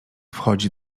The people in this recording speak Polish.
wchodzi